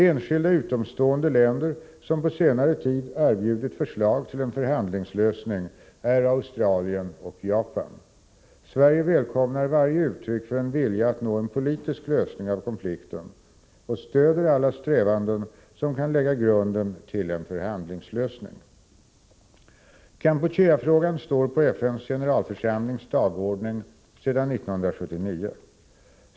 Enskilda utomstående länder som på senare tid erbjudit förslag till en förhandlingslösning är Australien och Japan. Sverige välkomnar varje uttryck för en vilja att nå en politisk lösning av konflikten och stöder alla strävanden som kan lägga grunden till en förhandlingslösning. Kampuchea-frågan står på FN:s generalförsamlings dagordning sedan 1979.